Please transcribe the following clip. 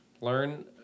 Learn